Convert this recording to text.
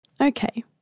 Okay